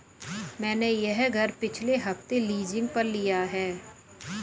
मैंने यह घर पिछले हफ्ते लीजिंग पर लिया है